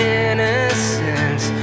innocence